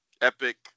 epic